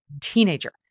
teenager